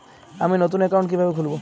আমি নতুন অ্যাকাউন্ট কিভাবে খুলব?